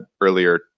earlier